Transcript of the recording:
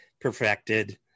perfected